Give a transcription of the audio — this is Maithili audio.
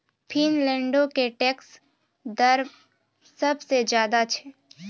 फिनलैंडो के टैक्स दर सभ से ज्यादे छै